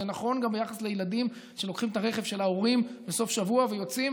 זה נכון גם ביחס לילדים שלוקחים את הרכב של ההורים בסוף שבוע ויוצאים,